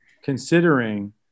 Considering